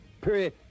Period